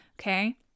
okay